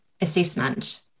assessment